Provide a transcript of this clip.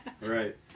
Right